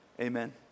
Amen